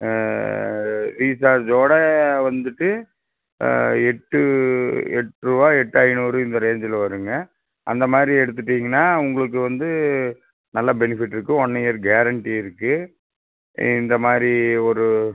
ரீச்சார்ஜோடு வந்துவிட்டு எட்டு எட்டுரூவா எட்டு ஐநூறு இந்த ரேஞ்சில் வரும்ங்க அந்த மாதிரி எடுத்துகிட்டீங்னா உங்களுக்கு வந்து நல்லா பெனிஃபிட் இருக்கு ஒன் இயர் கேரண்ட்டி இருக்கு இந்தமாதிரி ஒரு